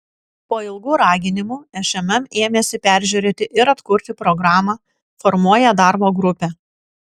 po ilgų raginimų šmm ėmėsi peržiūrėti ir atkurti programą formuoja darbo grupę